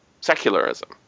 secularism